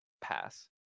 pass